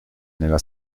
nella